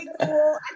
cool